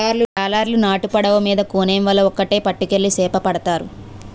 జాలరులు నాటు పడవ మీద కోనేమ్ వల ఒక్కేటి పట్టుకెళ్లి సేపపడతారు